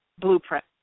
blueprint